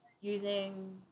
using